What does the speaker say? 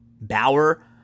Bauer